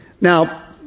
Now